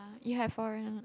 you have foreign ah